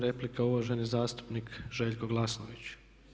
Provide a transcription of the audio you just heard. Replika uvaženi zastupnik Željko Glasnović.